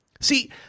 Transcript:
See